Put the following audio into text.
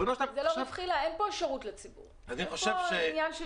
אין פה עניין של